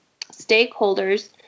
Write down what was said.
stakeholders